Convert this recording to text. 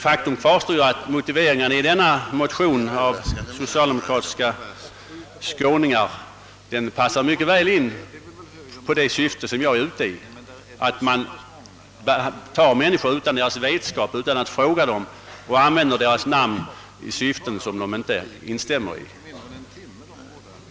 Faktum kvarstår, nämligen att motiveringarna i denna motion av socialdemokratiska skåningar passar mycket väl in på vad jag är ute efter, nämligen att man utan människornas vetskap använder deras namn i syften som de inte instämmer i.